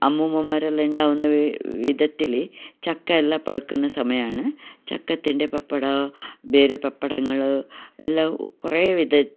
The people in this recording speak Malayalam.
അമ്മുമ്മമാരെല്ല ഉണ്ടാക്കുന്ന വി വിതത്തില് ചക്കയെല്ല പഴുക്കുന്ന സമയാണ് ചക്കത്തിൻ്റെ പപ്പടമോ വേറെ പപ്പടങ്ങള് എല്ലാം കുറെ വിധത്തിൻ്റെ